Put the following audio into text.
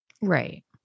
Right